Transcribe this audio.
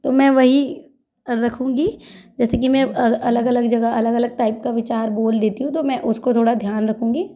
तो मैं वही अ रखूंगी जैसे कि मैं अलग अलग जगह अलग अलग टाइप का विचार बोल देती हूँ तो मैं उसको थोड़ा ध्यान रखूंगी